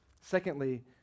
secondly